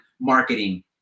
marketing